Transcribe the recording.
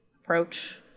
approach